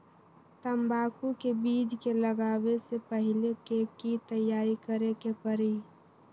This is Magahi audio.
तंबाकू के बीज के लगाबे से पहिले के की तैयारी करे के परी?